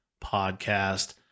podcast